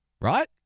Right